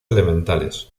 elementales